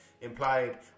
implied